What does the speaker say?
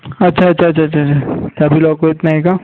अच्छा अच्छा अच्छा अच्छा अच्छा चावी लॉक होत नाही का